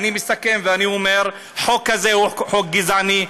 אני מסכם ואני אומר: חוק כזה הוא חוק גזעני,